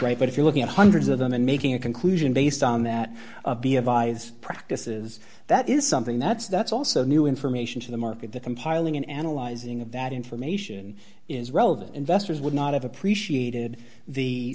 rate but if you're looking at hundreds of them and making a conclusion based on that be advise practices that is something that's that's also new information to the market that compiling and analyzing of that information is relevant investors would not have appreciated the